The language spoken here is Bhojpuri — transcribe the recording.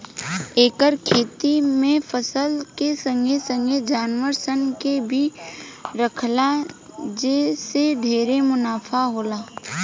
एकर खेती में फसल के संगे संगे जानवर सन के भी राखला जे से ढेरे मुनाफा होला